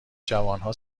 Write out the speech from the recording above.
جوانها